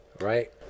right